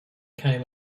came